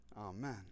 Amen